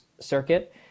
circuit